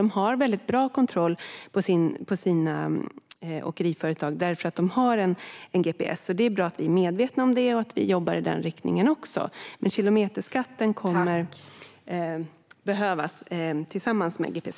De har väldigt bra kontroll på sina åkeriföretag, för de har gps. Det är bra att vi är medvetna om det och att vi jobbar i den riktningen, men kilometerskatten kommer att behövas tillsammans med gps.